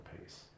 pace